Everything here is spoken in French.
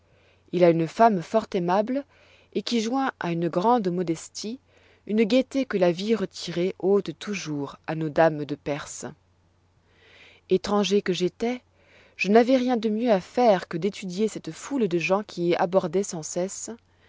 il a une femme fort aimable et qui joint à une grande modestie une gaieté que la vie retirée ôte toujours à nos dames de perse étranger que j'étois je n'avois rien de mieux à faire que d'étudier cette foule de gens qui y abordoit sans cesse